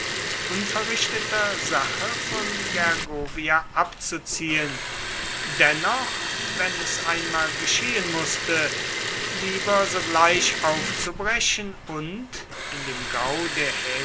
unverrichteter sache von gergovia abzuziehen dennoch wenn es einmal geschehen mußte lieber sogleich aufzubrechen und in den gau